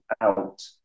out